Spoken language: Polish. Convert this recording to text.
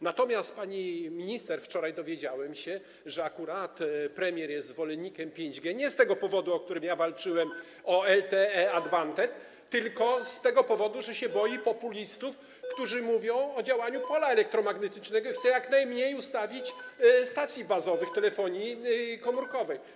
Natomiast, pani minister, wczoraj dowiedziałem się, że akurat premier jest zwolennikiem 5G nie z tego powodu, dla którego ja walczyłem - chodzi o LTE Advanced - tylko z tego powodu, że się boi populistów, którzy mówią o działaniu pola elektromagnetycznego, i chce ustawić jak najmniej stacji bazowych telefonii komórkowej.